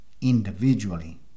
individually